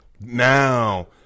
Now